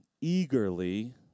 eagerly